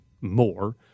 more